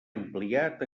ampliat